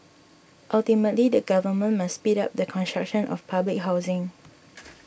ultimately the government must speed up the construction of public housing